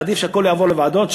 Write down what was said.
עדיף שהכול יעבור לוועדות,